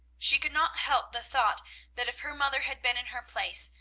she could not help the thought that if her mother had been in her place,